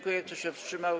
Kto się wstrzymał?